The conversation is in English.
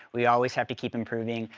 we always have to keep improving.